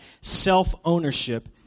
self-ownership